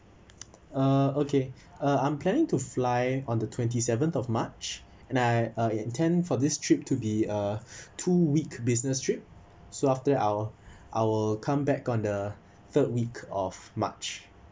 uh okay uh I'm planning to fly on the twenty seventh of march and I uh intend for this trip to be a two week business trip so after I'll I will come back on the third week of march